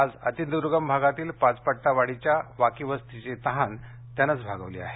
आज अतिर्द्र्गम भागातील पाचपट्टा वाडीच्या वाकी वस्तीची तहान त्यानंच भागवली आहे